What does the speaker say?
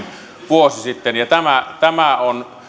vuosi sitten ja tämä tämä on